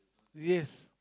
yes